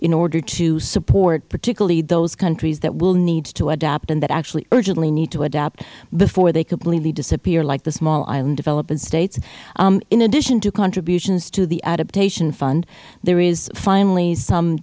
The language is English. in order to support particularly those countries that will need to adapt and that actually urgently need to adapt before they completely disappear like the small island developing states in addition to contributions to the adaptation fund there is finally some